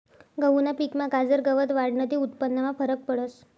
गहूना पिकमा गाजर गवत वाढनं ते उत्पन्नमा फरक पडस